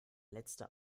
letzte